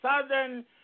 Southern